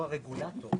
הוא הרגולטור.